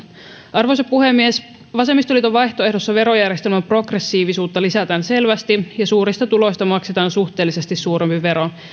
arvoisa puhemies vasemmistoliiton vaihtoehdossa verojärjestelmän progressiivisuutta lisätään selvästi ja suurista tuloista maksetaan suhteellisesti suurempi vero